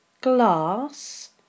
Glass